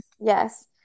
Yes